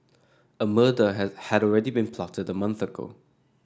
a murder had had already been plotted a month ago